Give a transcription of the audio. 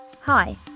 Hi